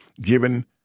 Given